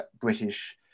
british